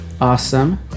awesome